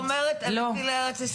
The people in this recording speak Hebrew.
היא לא אומרת עליתי לארץ ישראל.